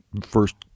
first